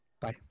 Bye